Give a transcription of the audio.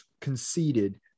conceded